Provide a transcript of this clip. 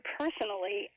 personally